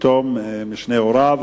(יתום משני הוריו),